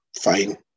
fine